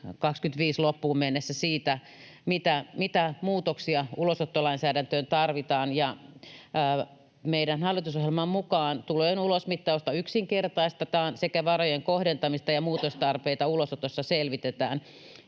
loppuun mennessä siitä, mitä muutoksia ulosottolainsäädäntöön tarvitaan. Meidän hallitusohjelman mukaan tulojen ulosmittausta yksinkertaistetaan, varojen kohdentamista ja muutostarpeita ulosotossa selvitetään